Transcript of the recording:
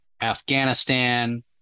Afghanistan